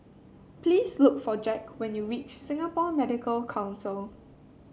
please look for Jack when you reach Singapore Medical Council